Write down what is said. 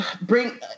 bring